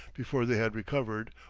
before they had recovered,